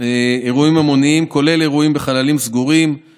צריך לשים דגש על זכותנו על הארץ